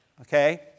okay